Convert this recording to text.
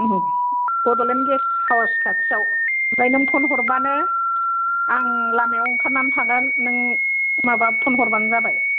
Bodoland guest house खाथियाव ओमफ्राय नों फन हरबानो आं लामायाव ओंखारनानै थागोन नों माबा फन हरबानो जाबाय